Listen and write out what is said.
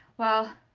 well,